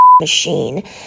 machine